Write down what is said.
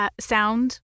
sound